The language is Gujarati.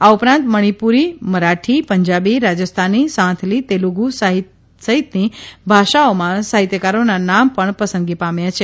આ ઉપરાંત મણીપુરી મરાઠી પંજાબી રાજસ્થાની સાંથાલી તેલુગુ સહિતની ભાષાઓના સાહિત્યકારોના નામ પણ પસંદગી પામ્યા છે